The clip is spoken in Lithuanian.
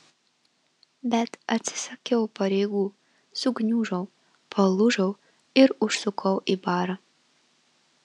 bet atsisakiau pareigų sugniužau palūžau ir užsukau į barą